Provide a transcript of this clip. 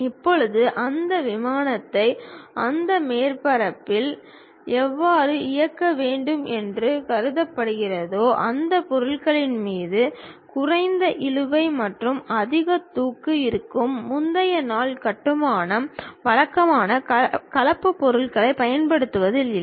இப்போது அந்த விமானத்தை அந்த மேற்பரப்பில் எவ்வாறு இயக்க வேண்டும் என்று கருதப்படுகிறதோ அந்த பொருளின் மீது குறைந்த இழுவை மற்றும் அதிக தூக்கு இருக்கும் முந்தைய நாள் கட்டுமானம் வழக்கமான கலப்பு பொருட்களைப் பயன்படுத்துவதில் இல்லை